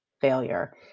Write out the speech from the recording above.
failure